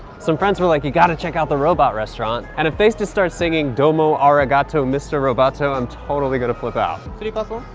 some friends were like, you gotta check out the robot restaurant, and if they just start singing domo arigato mr. robot-o i'm totally gonna flip out. three but